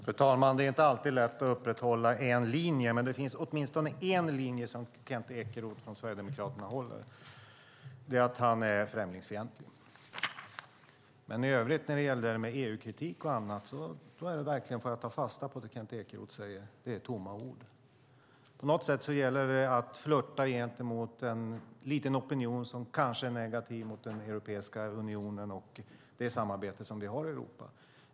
Fru talman! Det är inte alltid lätt att uppräthålla en linje, men det finns åtminstone en linje som Kent Ekeroth och Sverigedemokraterna håller, och den är att man är främlingsfientlig. I övrigt, när det gäller EU-kritik och annat, får jag ta fasta på det Kent Ekeroth säger: Det är tomma ord. På något sätt gäller det att flirta med en liten opinion som kanske är negativ mot Europeiska unionen och det samarbete som vi har i Europa.